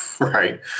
right